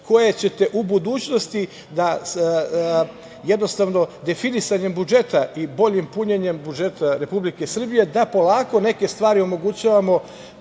koje ćete u budućnosti jednostavno definisanjem budžeta i boljim punjenjem budžeta Republike Srbije da polako neke stvari omogućavamo,